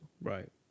right